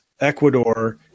Ecuador